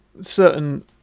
certain